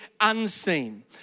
unseen